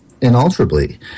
inalterably